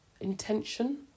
intention